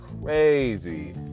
crazy